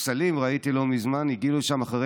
ראיתי לא מזמן שהספסלים הגיעו לשם אחרי